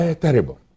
terrible